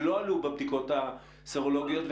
שלא עלו בבדיקות הסרולוגיות,